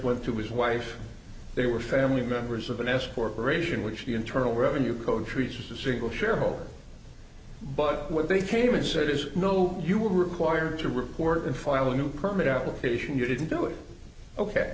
went to his wife they were family members of an s corporation which the internal revenue code treats a single shareholder but where they came and said is no you were required to report and file a new permit application you didn't